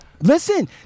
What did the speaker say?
Listen